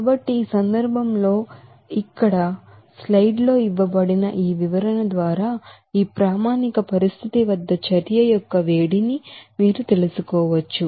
కాబట్టి ఈ సందర్భంలో ఇక్కడ వంటి స్లైడ్ లో ఇవ్వబడిన ఈ వివరణ ద్వారా ఈ ప్రామాణిక పరిస్థితి వద్ద చర్య యొక్క వేడిని మీరు తెలుసుకోవచ్చు